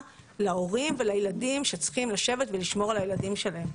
להורים שצריכים לשבת ולשמור על הילדים שלהם,